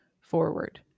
forward